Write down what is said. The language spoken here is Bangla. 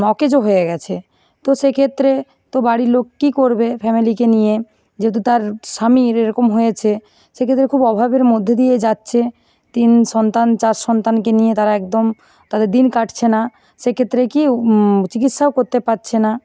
অকেজো হয়ে গেছে তো সেক্ষেত্রে তো বাড়ির লোক কী করবে ফ্যামিলিকে নিয়ে যেহেতু তার স্বামীর এরকম হয়েছে সেক্ষেত্রে খুব অভাবের মধ্যে দিয়ে যাচ্ছে তিন সন্তান চার সন্তানকে নিয়ে তারা একদম তাদের দিন কাটছে না সেক্ষেত্রে কী চিকিৎসাও করতে পারছে না